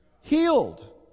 healed